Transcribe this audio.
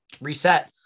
reset